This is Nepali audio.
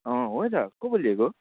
अँ हो त को बोलेको